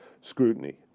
scrutiny